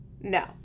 No